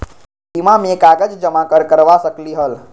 बीमा में कागज जमाकर करवा सकलीहल?